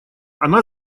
она